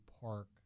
park